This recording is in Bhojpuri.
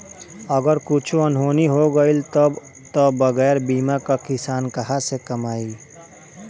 अगर कुछु अनहोनी हो गइल तब तअ बगैर बीमा कअ किसान कहां से कमाई